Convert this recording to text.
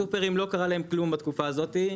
לסופרים לא קרה כלום בתקופה הזאת,